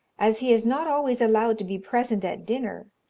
as he is not always allowed to be present at dinner,